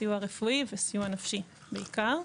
סיוע רפואי וסיוע נפשי בעיקר,